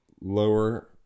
Lower